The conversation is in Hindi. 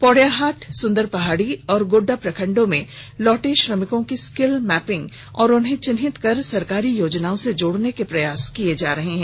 पोड़ैयाहाट सुंदर पहाड़ी और गोड्डा प्रखंडों में लौटे श्रमिकों की स्किल मैपिंग और उन्हें चिन्हित कर सरकारी योजनाओं से जोड़ने के प्रयास किये जा रहे हैं